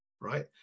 right